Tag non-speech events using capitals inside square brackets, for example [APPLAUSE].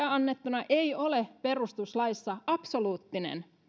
[UNINTELLIGIBLE] annettu syytesuojakaan ei ole absoluuttinen